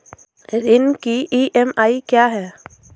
ऋण की ई.एम.आई क्या है?